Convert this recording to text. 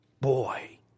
boy